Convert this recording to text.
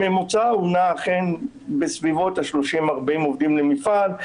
הממוצע הוא בסביבות 40-30 עובדים למפעל,